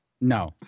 No